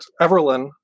Everlyn